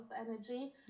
energy